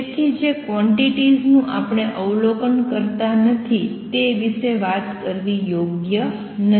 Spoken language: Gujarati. તેથી જે ક્વોંટીટીઝ નું આપણે અવલોકન કરતા નથી તે વિશે વાત કરવી યોગ્ય નથી